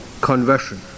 conversion